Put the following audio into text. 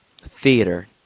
theater